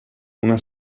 una